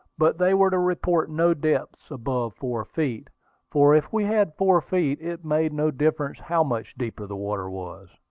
but they were to report no depths above four feet for if we had four feet, it made no difference how much deeper the water was.